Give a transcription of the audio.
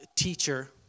teacher